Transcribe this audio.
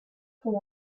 com